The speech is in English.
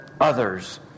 others